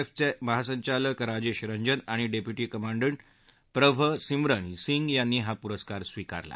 एफचे महासंचालक राजेश रंजन आणि deputy commandant Prabh Simran Singh यांनी हा पुरस्कार स्वीकारला